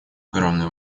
огромные